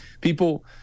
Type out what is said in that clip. People